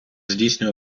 здійснює